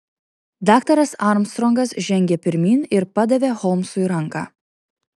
daktaras armstrongas žengė pirmyn ir padavė holmsui ranką